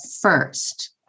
first